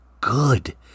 good